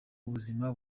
ubuzima